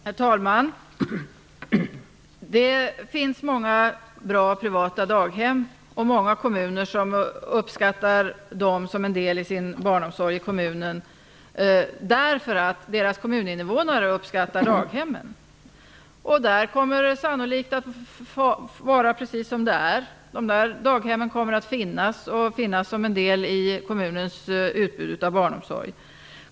Herr talman! Det finns många bra privata daghem, och många kommuner uppskattar dem som en del i sin barnomsorg i kommunen därför att deras kommuninvånare uppskattar daghemmen. Där kommer det sannolikt att fortsätta att vara precis som det är. Dessa daghem kommer att finnas som en del i kommunens utbud av barnomsorg.